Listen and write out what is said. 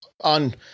on